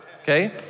okay